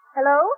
Hello